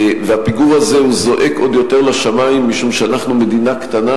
והפיגור הזה זועק עוד יותר לשמים משום שאנחנו מדינה קטנה,